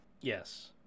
yes